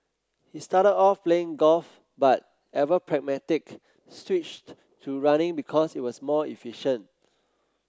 he started off playing golf but ever pragmatic switched to running because it was more efficient